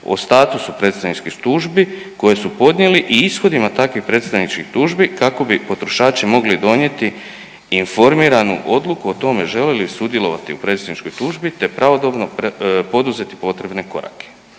o statusu predstavničkih tužbi koje su podnijeli i ishodima takvih predstavničkih tužbi kako bi potrošači mogli donijeti informiranu odluku o tome žele li sudjelovati u predstavničkoj tužbi, te pravodobno poduzeti potrebne korake.